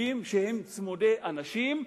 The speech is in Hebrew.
חוקים שהם צמודי אנשים,